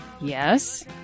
Yes